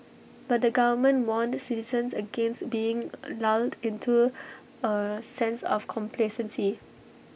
but the government warned citizens against being lulled into A sense of complacency